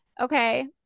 okay